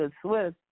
Swiss